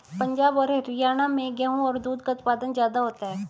पंजाब और हरयाणा में गेहू और दूध का उत्पादन ज्यादा होता है